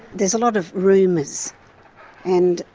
there's a lot of rumours and,